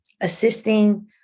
assisting